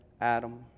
Adam